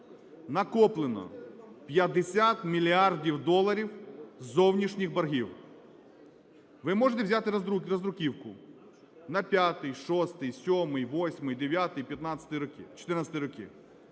накоплено 50 мільярдів доларів зовнішніх боргів. Ви можете взяти роздруківку на 5-й, 6-й, 7-й, 8-й,